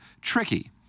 tricky